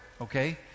okay